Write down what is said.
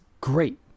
great